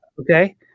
Okay